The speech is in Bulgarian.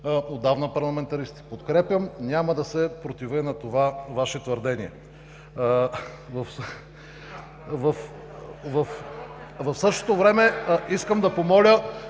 по-отдавна парламентаристи. Подкрепям, няма да се противя на това Ваше твърдение. В същото време искам господин